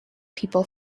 people